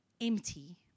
empty